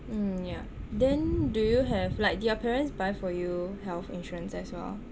mm ya then do you have like did your parents buy for you health insurance as well